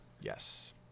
Yes